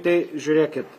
tai žiūrėkit